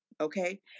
okay